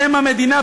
שם המדינה,